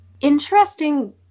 interesting